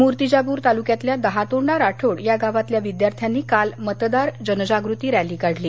मूर्तिजापूर तालुक्यातल्या दहातोंडा राठोड या गावातल्या विद्यार्थ्यांनी काल मतदान जनजागृती रॅली काढली